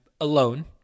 alone